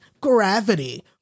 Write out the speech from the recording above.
gravity